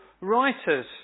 writers